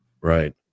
Right